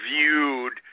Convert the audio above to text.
viewed –